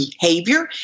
behavior